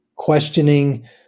questioning